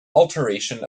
alteration